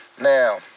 Now